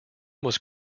was